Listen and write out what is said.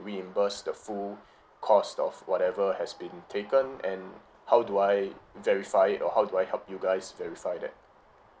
reimburse the full cost of whatever has been taken and how do I verify it or how do I help you guys verify that